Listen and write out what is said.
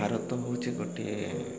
ଭାରତ ହେଉଛି ଗୋଟିଏ